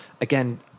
again